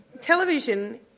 television